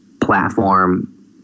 platform